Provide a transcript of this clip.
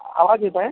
आवाज येतो आहे